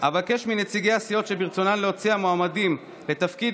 אבקש מנציגי הסיעות שברצונן להציע מועמדים לתפקיד